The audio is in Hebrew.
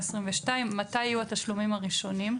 מתי יהיו התשלומים הראשונים?